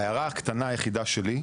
ההערה הקטנה היחידה שלי,